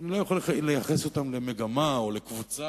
אני לא יכול לייחס אותם למגמה או לקבוצה,